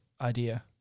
idea